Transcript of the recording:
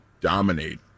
dominate